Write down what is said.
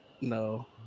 No